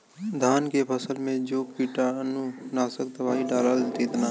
धान के फसल मे जो कीटानु नाशक दवाई डालब कितना?